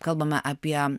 kalbame apie